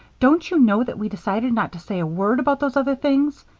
don't you know that we decided not to say a word about those other things?